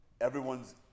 everyone's